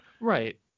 Right